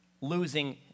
losing